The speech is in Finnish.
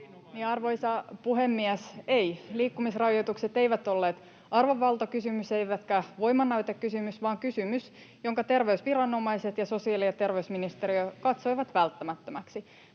Arvoisa puhemies! Ei, liikkumisrajoitukset eivät olleet arvovaltakysymys eivätkä voimannäytekysymys vaan kysymys, jonka terveysviranomaiset ja sosiaali‑ ja terveysministeriö katsoivat välttämättömäksi.